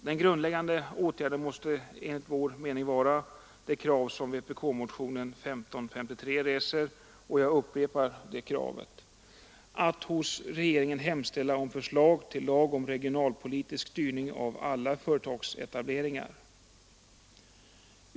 Den grundläggande åtgärden måste enligt vår mening vara den som krävs i vpk-motionen 1553: ”att hos regeringen hemställa om förslag till lag om regionalpolitisk styrning av alla företagsetableringar”.